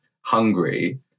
hungry